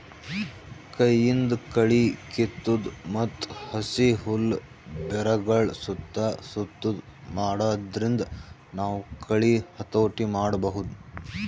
ಕೈಯಿಂದ್ ಕಳಿ ಕಿತ್ತದು ಮತ್ತ್ ಹಸಿ ಹುಲ್ಲ್ ಬೆರಗಳ್ ಸುತ್ತಾ ಸುತ್ತದು ಮಾಡಾದ್ರಿಂದ ನಾವ್ ಕಳಿ ಹತೋಟಿ ಮಾಡಬಹುದ್